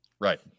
Right